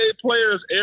players